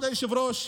כבוד היושב-ראש,